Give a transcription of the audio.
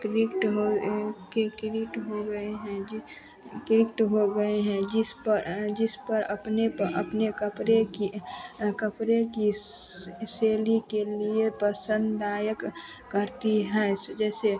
किरीक्ट हो गए के किरिट हो गए हैं जी किरीट हो गए हैं जिस पर जिस पर अपने प अपने कपड़े की कपड़े की शैली के लिए पसंदायक करती हैं जैसे